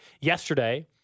yesterday